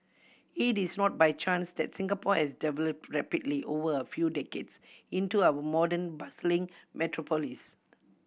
it is not by chance that Singapore has developed rapidly over a few decades into our modern bustling metropolis